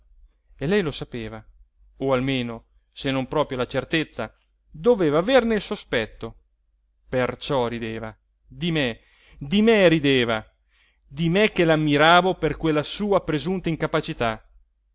e lei lo sapeva o almeno se non proprio la certezza doveva averne il sospetto perciò rideva di me di me rideva di me che l'ammiravo per quella sua presunta incapacità